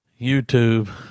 YouTube